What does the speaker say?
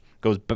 goes